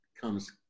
comes